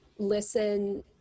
listen